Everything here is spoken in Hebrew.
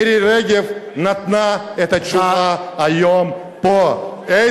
מירי רגב נתנה את התשובה היום פה,